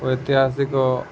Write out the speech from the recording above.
ଐତିହାସିକ